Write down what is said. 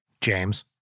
James